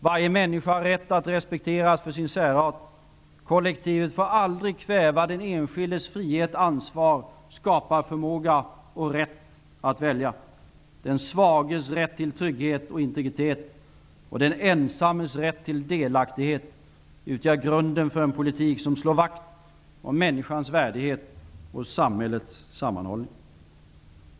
Varje människa har rätt att respekteras för sin särart. Kollektivet får aldrig kväva den enskildes frihet, ansvar, skaparförmåga och rätt att välja. Den svages rätt till trygghet och integritet och den ensammes rätt till delaktighet utgör grunden för en politik som slår vakt om människans värdighet och samhällets sammanhållning.